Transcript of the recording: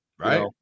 Right